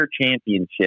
championship